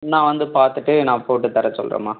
நான் வந்து பார்த்துட்டு நான் போட்டுத் தர சொல்கிறேன்ம்மா